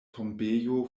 tombejo